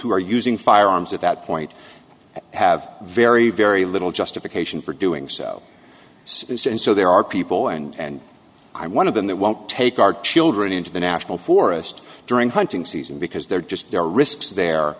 who are using firearms at that point have very very little justification for doing so since and so there are people and i'm one of them that won't take our children into the national forest during hunting season because they're just there are risks